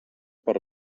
per